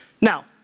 Now